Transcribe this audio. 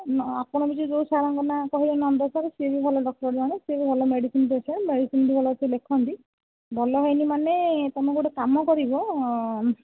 ଆପଣ ଯେଉଁ ସାର୍ଙ୍କ ନାଁ କହିଲେ ନନ୍ଦ ସାର୍ ସେ ବି ଭଲ ଡକ୍ଟର ଜଣେ ସେ ବି ଭଲ ମେଡ଼ିସିନ ସ୍ପେଶାଲିଷ୍ଟ ମେଡ଼ିସିନ ବି ଭଲ ସେ ଲେଖନ୍ତି ଭଲ ହୋଇନି ମାନେ ତୁମେ ଗୋଟିଏ କାମ କରିବ